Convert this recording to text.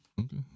Okay